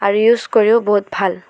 আৰু ইউজ কৰিও বহুত ভাল